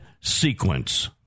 sequence